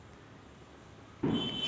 Hectare म्हणजे किती acre व्हते?